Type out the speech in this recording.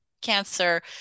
cancer